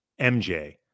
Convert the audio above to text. MJ